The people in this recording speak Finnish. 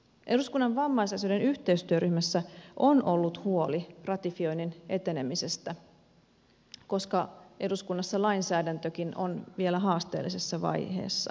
eduskunnan vammaisasioiden yhteistyöryhmässä on ollut huoli ratifioinnin etenemisestä koska eduskunnassa lainsäädäntökin on vielä haasteellisessa vaiheessa